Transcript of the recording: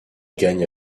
gagne